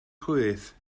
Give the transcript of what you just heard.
chwith